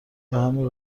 همین